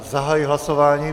Zahajuji hlasování.